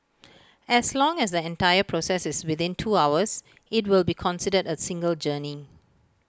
as long as the entire process within two hours IT will be considered A single journey